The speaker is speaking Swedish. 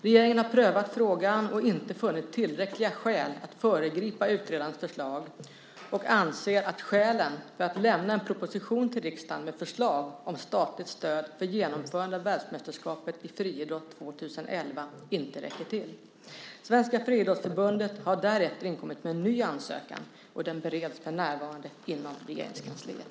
Regeringen har prövat frågan och har inte funnit tillräckliga skäl att föregripa utredarens förslag och anser att skälen för att lämna en proposition till riksdagen med förslag om statligt stöd för genomförande av världsmästerskapet i friidrott 2011 inte räcker till. Svenska Friidrottsförbundet har därefter inkommit med en ny ansökan. Den bereds för närvarande inom Regeringskansliet.